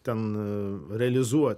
ten realizuot